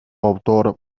autor